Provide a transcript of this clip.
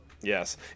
Yes